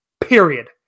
Period